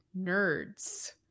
nerds